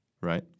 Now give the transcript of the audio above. right